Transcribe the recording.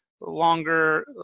longer